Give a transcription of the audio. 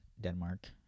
Denmark